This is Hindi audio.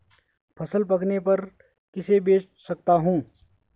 फसल पकने पर किसे बेच सकता हूँ?